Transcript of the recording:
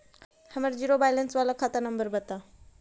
हमर zero balance बाला खाता नम्बर बत?